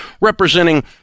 representing